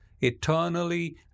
Eternally